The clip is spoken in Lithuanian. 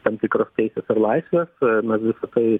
tam tikros teisės ir laisvės na visa tai